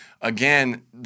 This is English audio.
again